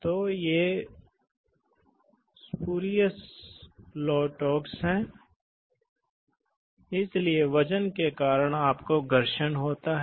तो ये न्यूमेटिक्स के लिए विशेष प्रभावित करने वाले कारक हैं